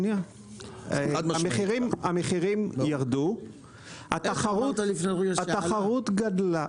המחירים ירדו, התחרות גדלה.